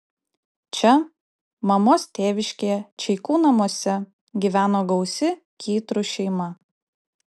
čia mamos tėviškėje čeikų namuose gyveno gausi kytrų šeima